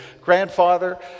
grandfather